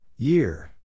Year